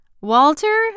Walter